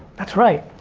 that's right,